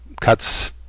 cuts